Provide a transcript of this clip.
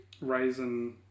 Raisin